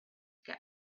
get